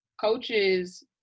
coaches